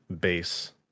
base